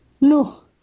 no